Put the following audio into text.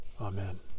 Amen